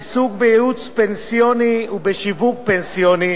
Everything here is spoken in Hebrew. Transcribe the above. (עיסוק בייעוץ פנסיוני ובשיווק פנסיוני)